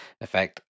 effect